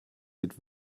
mit